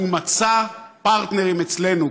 והוא מצא פרטנרים אצלנו.